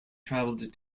traveled